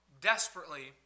desperately